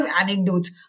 anecdotes